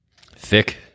Thick